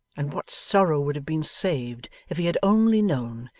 and what sorrow would have been saved if he had only known,